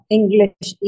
English